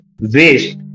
waste